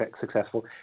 successful